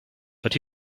but